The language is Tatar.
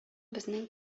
безнең